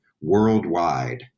worldwide